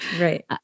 right